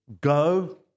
go